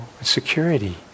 security